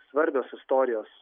svarbios istorijos